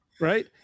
Right